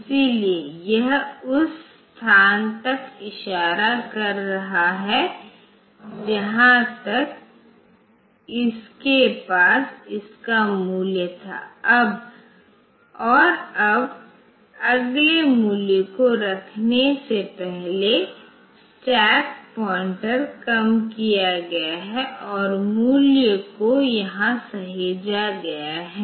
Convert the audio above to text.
इसलिए यह उस स्थान तक इशारा कर रहा है जहां तक इसके पास इसका मूल्य था और अब अगले मूल्य को रखने से पहले स्टैक पॉइंटर कम किया गया है और मूल्य को यहां सहेजा गया है